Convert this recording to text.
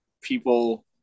people